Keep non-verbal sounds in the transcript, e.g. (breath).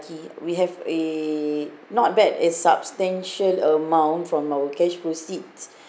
we have a not bad a substantial amount from our cash proceeds (breath)